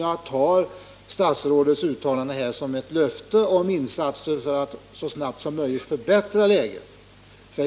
Jag tar statsrådets uttalande som ett löfte om insatser för att så snabbt som möjligt förbättra läget.